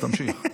אז תמשיך,